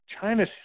China